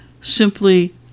simply